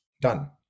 done